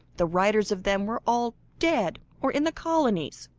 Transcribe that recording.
the writers of them were all dead, or in the colonies.